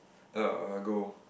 uh go